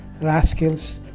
rascals